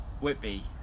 Whitby